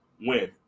win